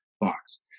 box